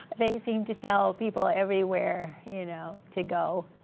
they seem to tell people everywhere you know to go.